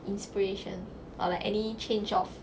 inspiration or like any change of